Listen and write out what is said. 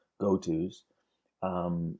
go-tos